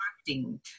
acting